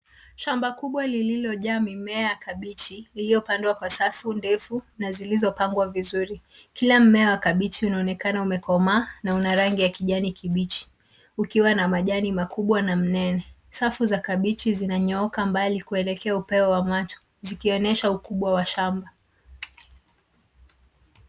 Shamba kubwa lililojaa mimea ya kabeji iliyopandwa kwa safu ndefu zilizopangwa vizuri. Kila mmea wa kabeji unaonekana umekomaa na una rangi ya kijani kibichi ukiwa na majani makubwa ya mimea. Safu za mimea zinznyooka mbali kuelekea upeo wa macho.